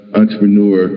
entrepreneur